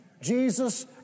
Jesus